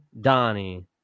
Donnie